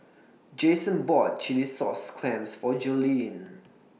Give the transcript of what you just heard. Jason bought Chilli Sauce Clams For Joleen